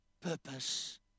purpose